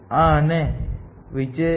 હું અહીં પણ કરી શકું છું